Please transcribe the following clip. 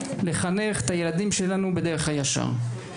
לחנך את ילדים שלנו בדרך הישר.